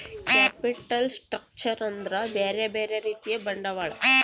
capital structure ಅಂದ್ರ ಬ್ಯೆರೆ ಬ್ಯೆರೆ ರೀತಿಯ ಬಂಡವಾಳ